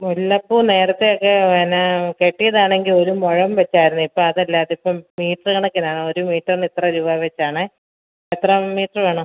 മുല്ലപ്പൂ നേരത്തെ ഒക്കെ പിന്നെ കെട്ടിയതാണെങ്കിൽ ഒരു മുഴം വച്ചായിരുന്നു ഇപ്പോൾ അതല്ല അതിപ്പം മീറ്ററ് കണക്കിനാണ് ഒരു മീറ്ററിന് ഇത്ര രൂപ വെച്ചാണ് എത്ര മീറ്ററ് വേണം